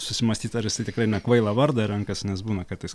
susimąstyt ar jisai tikrai ne kvailą vardą renkasi nes būna kartais